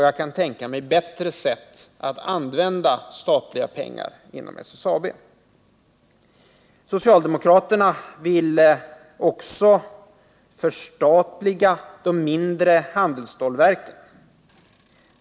Jag kan tänka mig bättre sätt att använda statliga pengar inom SSAB. Socialdemokraterna vill också förstatliga de mindre handelsstålverken.